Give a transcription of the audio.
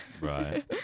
Right